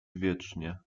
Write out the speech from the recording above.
wiecznie